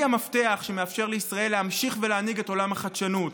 המפתח שמאפשר לישראל להמשיך ולהנהיג את עולם החדשנות,